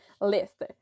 list